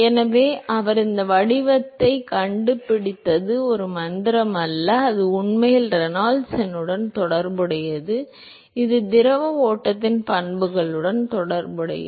எனவே அவர் இந்த வடிவத்தை கண்டுபிடித்தது ஒரு மந்திரம் அல்ல அது உண்மையில் ரெனால்ட்ஸ் எண்ணுடன் தொடர்புடையது இது திரவ ஓட்டத்தின் பண்புகளுடன் தொடர்புடையது